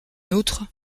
outre